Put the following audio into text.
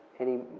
any.